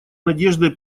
надеждой